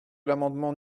l’amendement